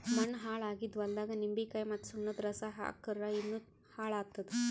ಮಣ್ಣ ಹಾಳ್ ಆಗಿದ್ ಹೊಲ್ದಾಗ್ ನಿಂಬಿಕಾಯಿ ಮತ್ತ್ ಸುಣ್ಣದ್ ರಸಾ ಹಾಕ್ಕುರ್ ಇನ್ನಾ ಹಾಳ್ ಆತ್ತದ್